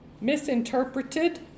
misinterpreted